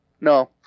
No